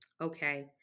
Okay